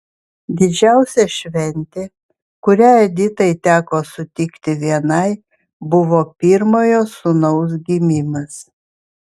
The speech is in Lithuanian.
didžiausia šventė kurią editai teko sutikti vienai buvo pirmojo sūnaus gimimas